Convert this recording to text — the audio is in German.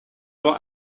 nur